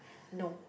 no